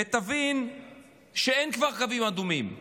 ויבינו שאין כבר קווים אדומים.